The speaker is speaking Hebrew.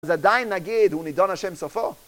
אז עדיין נגיד הוא נידון ה' סופו